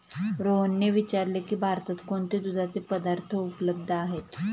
रोहनने विचारले की भारतात कोणते दुधाचे पदार्थ उपलब्ध आहेत?